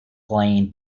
plane